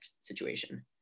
situation